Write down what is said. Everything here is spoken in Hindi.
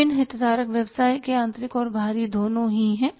विभिन्न हितधारक व्यवसाय के आंतरिक और बाहरी दोनों ही हैं